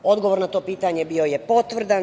Odgovor na to pitanje bio je potvrdan.